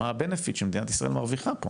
מה הרווח שמדינת ישראל מרוויחה פה